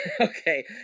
okay